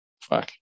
fuck